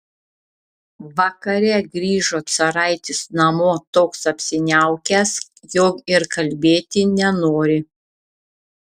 vakare grįžo caraitis namo toks apsiniaukęs jog ir kalbėti nenori